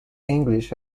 english